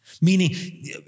Meaning